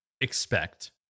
expect